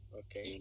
okay